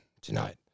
tonight